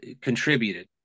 contributed